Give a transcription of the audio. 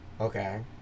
Okay